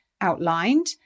outlined